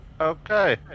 okay